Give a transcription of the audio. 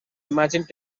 imagined